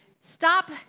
Stop